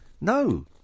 No